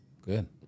Good